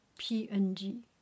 PNG